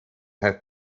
have